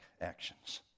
actions